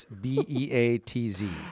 B-E-A-T-Z